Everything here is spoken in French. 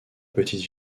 petite